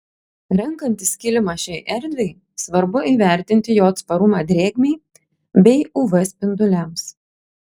renkantis kilimą šiai erdvei svarbu įvertinti jo atsparumą drėgmei bei uv spinduliams